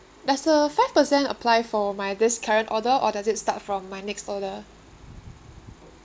does the five percent apply for my this current order or does it start from my next order